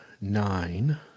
nine